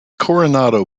coronado